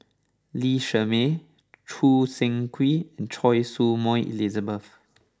Lee Shermay Choo Seng Quee and Choy Su Moi Elizabeth